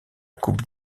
coupe